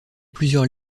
plusieurs